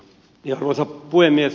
arvoisa puhemies